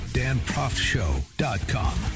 danproftshow.com